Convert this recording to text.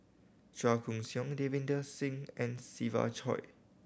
Chua Koon Siong Davinder Singh and Siva Choy